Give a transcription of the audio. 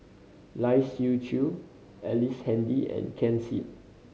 Lai Siu Chiu Ellice Handy and Ken Seet